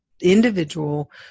individual